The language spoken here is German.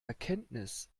erkenntnis